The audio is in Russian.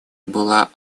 была